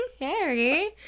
Harry